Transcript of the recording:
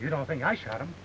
you don't think i shot him